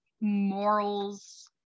morals